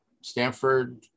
Stanford